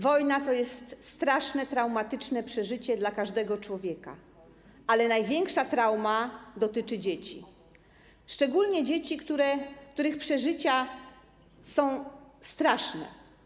Wojna to jest straszne, traumatyczne przeżycie dla każdego człowieka, ale największa trauma dotyczy dzieci, szczególnie dzieci, których przeżycia są straszne.